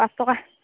পাঁচ টকা